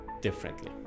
differently